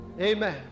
Amen